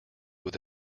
with